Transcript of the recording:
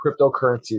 cryptocurrencies